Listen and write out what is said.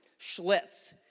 Schlitz